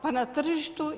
Pa na tržištu.